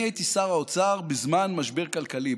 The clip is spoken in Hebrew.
אני הייתי שר האוצר בזמן משבר כלכלי.